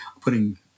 putting